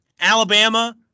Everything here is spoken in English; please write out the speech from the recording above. Alabama